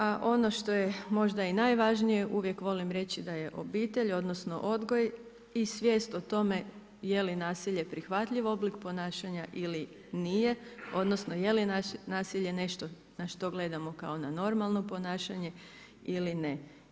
A ono što je možda i najvažnije, uvijek volim reći da je obitelj odnosno odgoj i svijest o tome jeli nasilje prihvatljiv oblik ponašanja ili nije odnosno jeli nasilje nešto na što gledamo kao na normalno ponašanje ili ne.